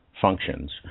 functions